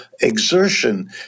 exertion